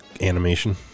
animation